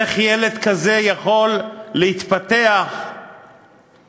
איך ילד כזה יכול להתפתח ולגדול?